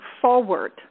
forward